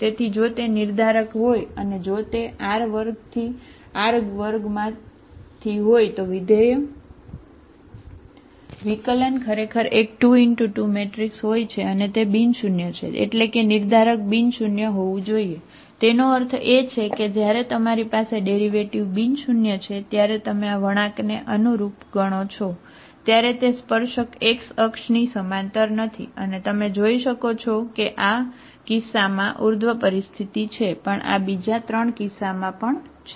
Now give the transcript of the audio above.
તેથી જો તે નિર્ધારક હોય અને જો તે R2R2 માંથી હોય તો વિધેય ગણો છો ત્યારે તે સ્પર્શક x અક્ષની સમાંતર નથી તમે જોઈ શકો છો કે આ કિસ્સામાં ઉર્ધ્વ પરિસ્થિતિ છે પણ આ બીજા 3 કિસ્સામાં પણ છે